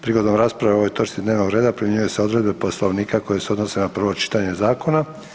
Prigodom rasprave o ovoj točki dnevnog reda primjenjuju se odredbe Poslovnika koje se odnose na prvo čitanje zakona.